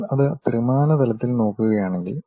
നിങ്ങൾ അത് ത്രിമാന തലത്തിൽ നോക്കുകയാണെങ്കിൽ